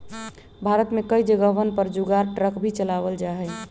भारत में कई जगहवन पर जुगाड़ ट्रक भी चलावल जाहई